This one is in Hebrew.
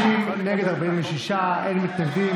נגד, 46, אין נמנעים.